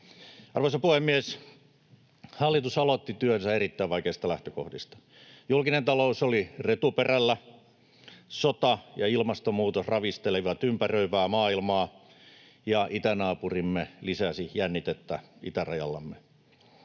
Arvoisa puhemies! Hallitus aloitti työnsä erittäin vaikeista lähtökohdista. Julkinen talous oli retuperällä, sota ja ilmastonmuutos ravistelivat ympäröivää maailmaa, ja itänaapurimme lisäsi jännitettä itärajallamme.